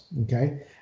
okay